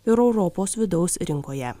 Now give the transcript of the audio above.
ir europos vidaus rinkoje